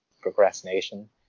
procrastination